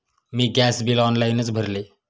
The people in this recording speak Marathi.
मी गॅस बिल ऑनलाइनच भरले